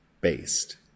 based